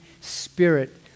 spirit